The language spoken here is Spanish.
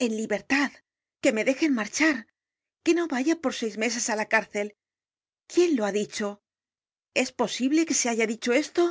en libertad que me dejen marchar que no vaya por seis meses á la cárcel quién lo ha dicho es posible que se haya dicho esto